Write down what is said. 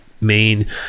main